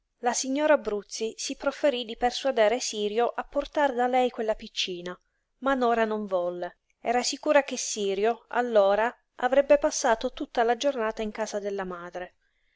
la signora bruzzi si profferí di persuadere sirio a portar da lei quella piccina ma nora non volle era sicura che sirio allora avrebbe passato tutta la giornata in casa della madre